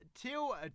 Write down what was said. till